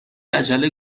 عجله